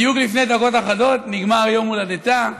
בדיוק לפני דקות אחדות נגמר יום הולדתה.